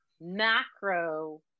macro